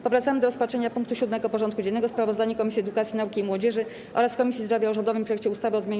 Powracamy do rozpatrzenia punktu 7. porządku dziennego: Sprawozdanie Komisji Edukacji, Nauki i Młodzieży oraz Komisji Zdrowia o rządowym projekcie ustawy o zmianie